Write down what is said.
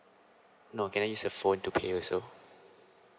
no can I use a phone to pay also